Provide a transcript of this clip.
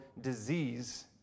disease